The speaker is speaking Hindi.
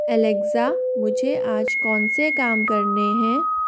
एलेक्सा मुझे आज कौन से काम करने हैं